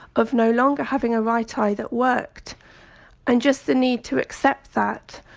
of no longer having a right eye that worked and just the need to accept that.